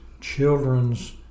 children's